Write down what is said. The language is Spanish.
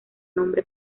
nombre